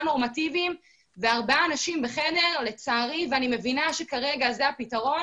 נורמטיביים וארבעה אנשים בחדר לצערי ואני מבינה שכרגע זה הפתרון